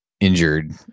injured